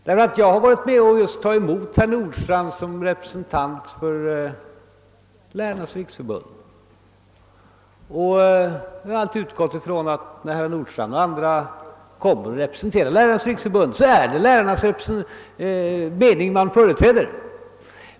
Jag har nämligen varit med om att ta emot herr Nordstrandh som representant för Lärarnas riksförbund, och då har jag utgått från att när han har representerat sitt förbund så har det varit lärarnas mening han företrätt.